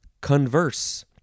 converse